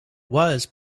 was